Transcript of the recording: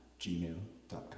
gmail.com